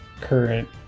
current